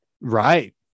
right